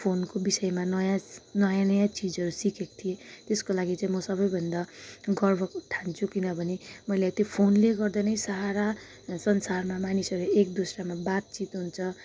फोनको विषयमा नयाँ नयाँ नयाँ चिजहरू सिकेको थिएँ त्यसको लागि चाहिँ म सबैभन्दा गर्व ठान्छु किनभने मैले त्यो फोनले गर्दा नै सारा संसारमा मानिसहरू एकदोस्रामा बातचित हुन्छ